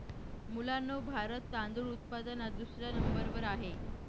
मुलांनो भारत तांदूळ उत्पादनात दुसऱ्या नंबर वर आहे